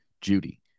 Judy